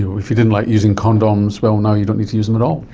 if you didn't like using condoms, well, now you don't need to use them at all.